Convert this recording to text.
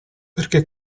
perché